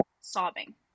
sobbing